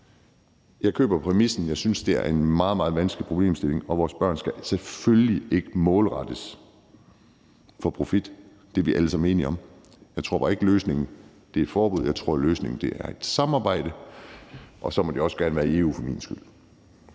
Jeg køber præmissen. Jeg synes, at det er en meget, meget vanskelig problemstilling, og vores børn skal selvfølgelig ikke være målgruppe for at skabe profit. Det er vi alle sammen enige om. Jeg tror bare ikke, at løsningen er et forbud. Jeg tror, at løsningen er et samarbejde, og så må det også gerne være i EU for min skyld.